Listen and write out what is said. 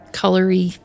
colory